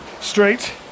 straight